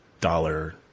dollar